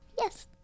yes